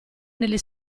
negli